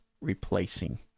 replacing